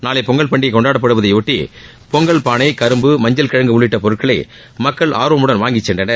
நாளை பொங்கல் பண்டிகை கொண்டாடப்படுவதையொட்டி பொங்கல் பானை கரும்பு மஞ்சள் கிழங்கு உள்ளிட்ட பொருட்களை மக்கள் அர்வமுடன் வாங்கி சென்றனர்